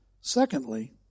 Secondly